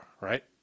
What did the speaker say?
right